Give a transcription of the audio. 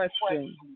question